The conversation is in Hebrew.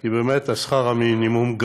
כי באמת שכר המינימום,